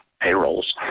payrolls